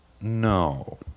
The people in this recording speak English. No